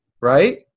right